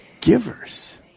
givers